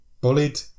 bullied